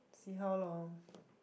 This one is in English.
see how lor